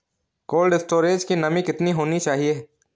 Cold storage की नमी कितनी होनी चाहिए?